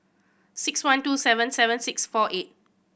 six one two seven seven six four eight